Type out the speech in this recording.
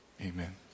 Amen